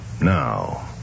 now